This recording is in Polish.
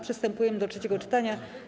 Przystępujemy do trzeciego czytania.